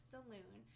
Saloon